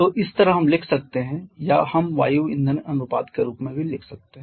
तो इस तरह हम लिख सकते हैं या हम वायु ईंधन अनुपात के रूप में भी लिख सकते हैं